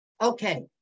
Okay